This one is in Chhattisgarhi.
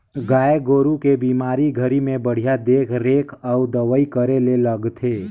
गाय गोरु के बेमारी घरी में बड़िहा देख रेख अउ दवई करे ले लगथे